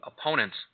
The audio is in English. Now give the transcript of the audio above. opponents